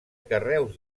carreus